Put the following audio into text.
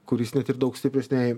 kuris net ir daug stipresnei